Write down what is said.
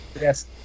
Yes